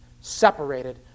separated